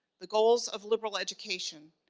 the goals of liberal education,